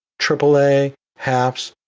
aaa, haps,